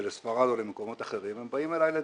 לספרד או למקומות אחרים הם באים אליי לדימונה,